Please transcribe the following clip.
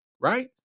Right